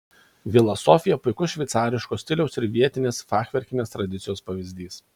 vila sofija puikus šveicariško stiliaus ir vietinės fachverkinės tradicijos pavyzdys